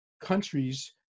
countries